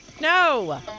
No